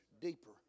deeper